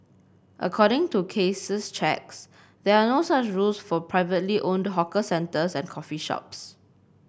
according to Case's checks there are no such rules for privately owned hawker centres and coffee shops